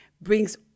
brings